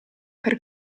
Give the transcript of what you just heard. per